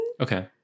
Okay